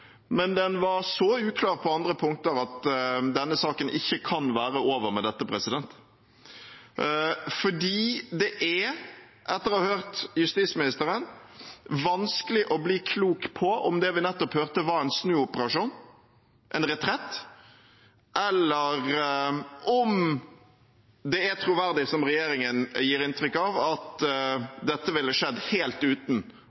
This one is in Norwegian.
Men den var så uklar på andre punkter at denne saken ikke kan være over med dette. Det er etter å ha hørt justisministeren vanskelig å bli klok på om det vi nettopp hørte, var en snuoperasjon, en retrett, eller om det er troverdig, som regjeringen gir inntrykk av, at dette ville skjedd helt uten